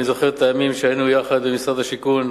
אני זוכר את הימים שהיינו יחד במשרד השיכון,